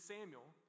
Samuel